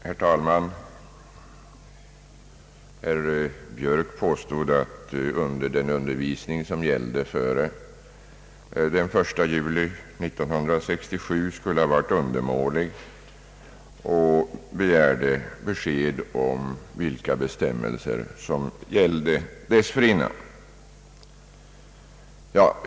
Herr talman! Herr Björk påstod att den undervisning som gavs före den 1 juli 1967 skulle ha varit undermålig och begärde besked om vilka bestämmelser som gällde före detta datum.